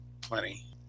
plenty